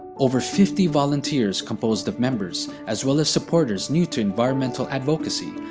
over fifty volunteers composed of members, as well as supporters new to environment advocacy,